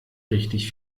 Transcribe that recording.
richtig